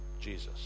Jesus